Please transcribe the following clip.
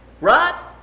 Right